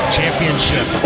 Championship